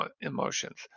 emotions